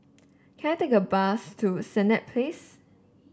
can I take a bus to Senett Place